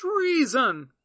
Treason